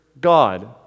God